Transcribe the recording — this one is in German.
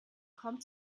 kaum